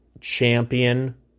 champion